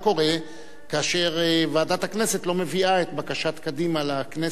כאשר ועדת הכנסת לא מביאה את בקשת קדימה לכנסת.